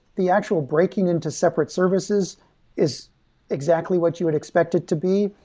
the actual breaking into separate services is exactly what you would expected to be.